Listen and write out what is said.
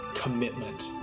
commitment